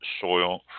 soil